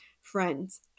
friends